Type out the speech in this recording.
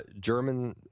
German